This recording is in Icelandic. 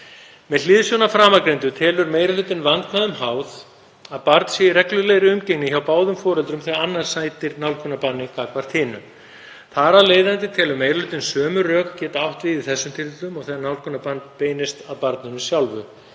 Með hliðsjón af framangreindu telur meiri hlutinn vandkvæðum háð að barn sé í reglulegri umgengni hjá báðum foreldrum þegar annað sætir nálgunarbanni gagnvart hinu. Þar af leiðandi telur meiri hlutinn sömu rök geta átt við í þessum tilvikum og þegar nálgunarbann beinist að barninu sjálfu.